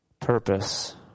purpose